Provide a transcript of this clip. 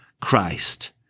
Christ